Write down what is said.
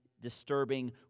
disturbing